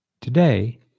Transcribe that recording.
Today